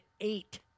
eight